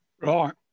Right